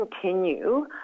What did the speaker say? continue